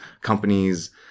companies